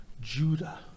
Judah